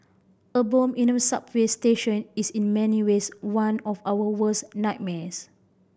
a bomb in a way subway station is in many ways one of our worst nightmares